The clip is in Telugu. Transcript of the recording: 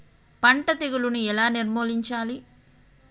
పంట తెగులుని ఎలా నిర్మూలించాలి?